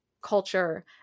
culture